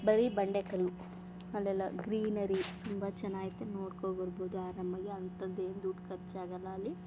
ಬರೀ ಬಂಡೆಕಲ್ಲು ಅಲ್ಲೆಲ್ಲ ಗ್ರೀನರಿ ತುಂಬ ಚನಾಗಿದೆ ನೋಡ್ಕೊ ಬರ್ಬೋದು ಆರಮಾಗಿ ಅಂಥದ್ದೇನ್ ದುಡ್ಡು ಖರ್ಚಾಗಲ್ಲ ಅಲ್ಲಿ